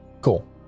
cool